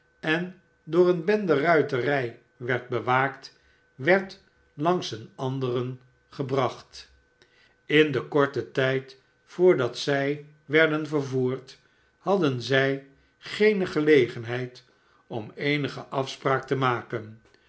en door eene bende ruiterij werd bewaakt werd langs een anderen gebracht in den korten tijd voordat zij werden vervoerd hadden zij geene gelegenheid om eenige afspraak te maken